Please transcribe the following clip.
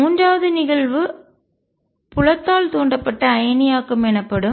மூன்றாவது நிகழ்வு புலத்தால் தூண்டப்பட்ட அயனியாக்கம் எனப்படும்